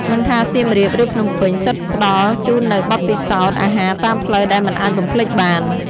មិនថាសៀមរាប ឬភ្នំពេញ សុទ្ធផ្តល់ជូននូវបទពិសោធន៍អាហារតាមផ្លូវដែលមិនអាចបំភ្លេចបាន។